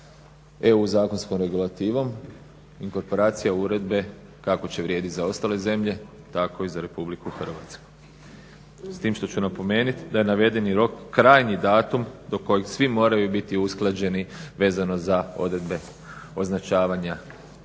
EU zakonskom regulativom, inkorporacija uredbe kako će vrijediti za ostale zemlje tako i za RH. S tim što ću napomenuti da je navedeni rok krajnji datum do kojeg svi moraju biti usklađeni vezano za odredbe označavanja hrane,